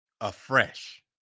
afresh